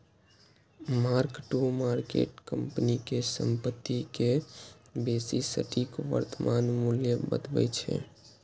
mark to market company के संपत्ति के बेसी सटीक वर्तमान मूल्य बतबै छै